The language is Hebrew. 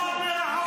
מה אומר החוק שלך?